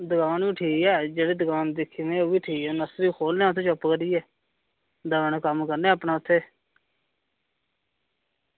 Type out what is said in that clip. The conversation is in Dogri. दुकान बी ठीक ऐ जेह्दी दुकान दिक्खी में उसी खोल्लनै आं उत्थें चुप करियै दमें जनें कम्म करने आं अपना उत्थें